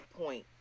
point